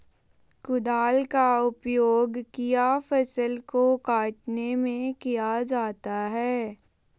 कुदाल का उपयोग किया फसल को कटने में किया जाता हैं?